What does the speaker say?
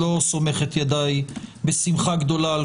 אני לא סומך את ידיי בשמחה גדולה על